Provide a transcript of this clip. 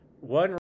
one